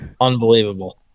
unbelievable